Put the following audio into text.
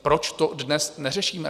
Proč to dnes neřešíme?